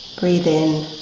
breathe in